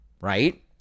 right